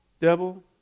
devil